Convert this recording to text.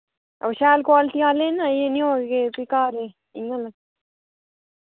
अवा शैल कोआल्टी आह्ले ना एह् निं हो कि फिर घर इ'यां